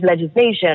legislation